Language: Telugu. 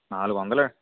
నాలుగు వందలా